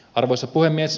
arvoisa puhemies